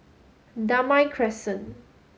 Damai Crescent